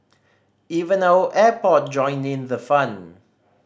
even our airport joined in the fun